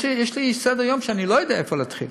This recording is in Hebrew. יש לי סדר-יום שאני לא יודע איפה להתחיל.